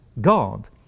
God